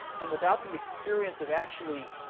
and without the experience of actually